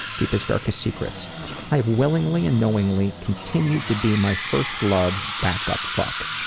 deepest, darkest secrets i have willingly and knowingly continued to be my first love's back-up fuck.